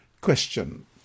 Question